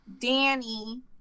Danny